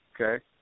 Okay